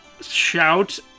Shout